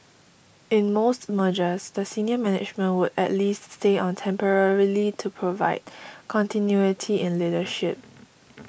in most mergers the senior management would at least stay on temporarily to provide continuity in leadership